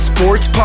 Sports